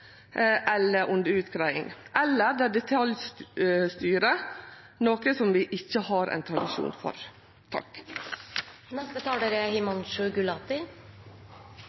eller er under utgreiing – eller ein vil detaljstyre, noko vi ikkje har ein tradisjon for. Jeg vil gjerne begynne med å si at det er